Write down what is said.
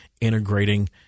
integrating